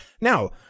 Now